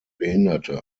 behinderte